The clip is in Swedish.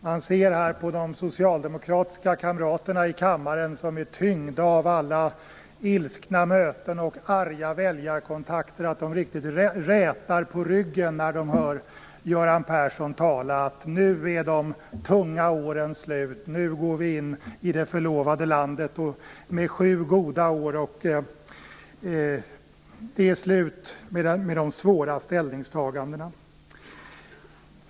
Man ser på de socialdemokratiska kamraterna här i kammaren som är tyngda av alla ilskna möten och kontakter med arga väljare att de riktigt rätar på ryggen när de hör Göran Persson tala: Nu är de tunga åren slut, och nu går vi in i det förlovade landet med sju goda år framför oss. Det är slut med de svåra ställningstagandena.